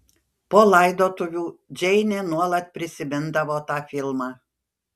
po laidotuvių džeinė nuolat prisimindavo tą filmą